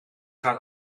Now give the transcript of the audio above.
gaat